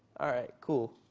all right, cool.